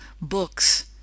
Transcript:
books